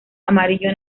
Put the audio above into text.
amarillo